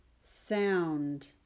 sound